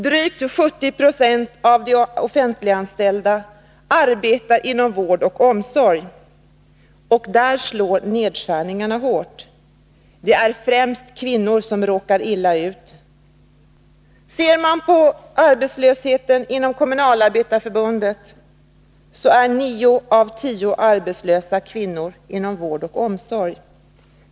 Drygt 70 96 av de offentliganställda arbetar inom vård och omsorg, och där slår nedskärningarna hårt. Det är främst kvinnor som råkar illa ut. Ser man på arbetslösheten inom Kommunalarbetareförbundet finner man att nio av tio arbetslösa är kvinnor inom vård och omsorg.